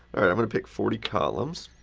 i'm going to pick forty columns.